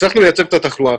הצלחנו לייצב את התחלואה,